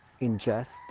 ingest